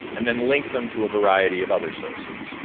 and then link them to a variety of other sources.